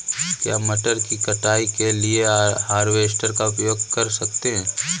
क्या मटर की कटाई के लिए हार्वेस्टर का उपयोग कर सकते हैं?